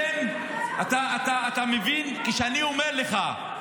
אתה מבין, כשאני אומר לך: